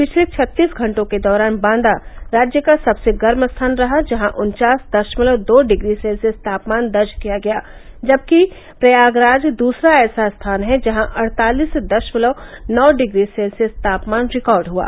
पिछले छत्तीस घंटों के दौरान बांदा राज्य का सबसे गर्म स्थान रहा जहां उन्चास दषमलव दो डिग्री सेल्सियस तापमान दर्ज किया गया जबकि इलाहाबाद दूसरा ऐसा स्थान है जहां अड़तालिस दषमलव नौ डिग्री सेल्सियस तापमान रिकार्ड हुआ